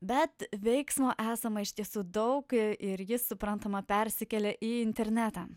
bet veiksmo esama iš tiesų daug ir jis suprantama persikėlė į internetą